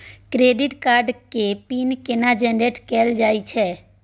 Credit card के PIN केना generate कैल जाए छै?